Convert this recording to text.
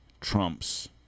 trump's